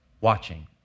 watching